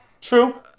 True